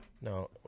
No